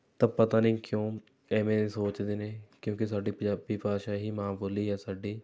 ਤਾਂ ਪਤਾ ਨਹੀਂ ਕਿਉਂ ਐਵੇਂ ਸੋਚਦੇ ਨੇ ਕਿਉਂਕਿ ਸਾਡੀ ਪੰਜਾਬੀ ਭਾਸ਼ਾ ਹੀ ਮਾਂ ਬੋਲ਼ੀ ਹੈ ਸਾਡੀ